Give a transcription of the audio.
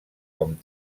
com